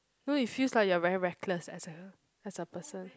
now it feels like you are very reckless as a as a person